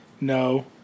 No